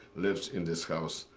lives in this house,